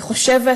היא חושבת